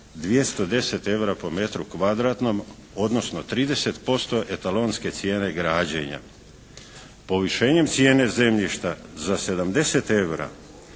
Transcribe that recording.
Povišenjem cijene zemljišta za 70 evra